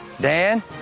Dan